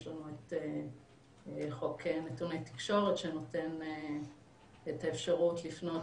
יש לנו את חוק נתוני תקשורת שנותן את האפשרות לפנות